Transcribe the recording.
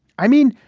i mean,